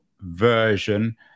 version